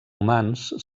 humans